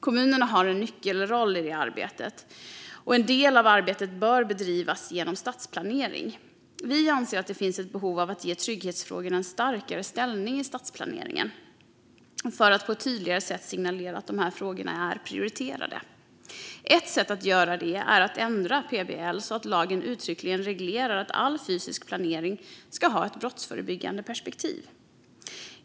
Kommunerna har en nyckelroll i det arbetet, och en del av arbetet bör bedrivas genom stadsplanering. Vi anser att det finns behov av att ge trygghetsfrågorna en starkare ställning i stadsplaneringen för att på ett tydligare sätt signalera att dessa frågor är prioriterade. Ett sätt att göra detta är att ändra PBL så att lagen uttryckligen reglerar att all fysisk planering ska ha ett brottsförebyggande perspektiv.